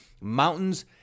mountains